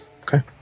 Okay